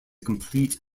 complete